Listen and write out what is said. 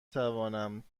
توانم